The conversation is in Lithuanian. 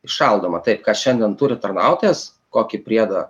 įšaldoma taip ką šiandien turi tarnautojas kokį priedą